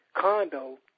condo